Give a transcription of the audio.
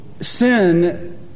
sin